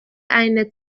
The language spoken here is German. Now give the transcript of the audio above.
eine